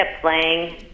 playing